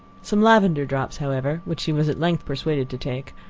some lavender drops, however, which she was at length persuaded to take,